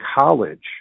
College